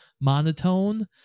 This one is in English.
monotone